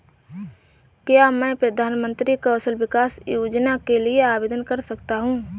क्या मैं प्रधानमंत्री कौशल विकास योजना के लिए आवेदन कर सकता हूँ?